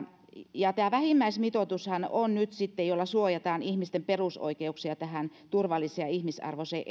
tämä vähimmäismitoitushan on nyt sitten se jolla suojataan ihmisten perusoikeuksia turvalliseen ja ihmisarvoiseen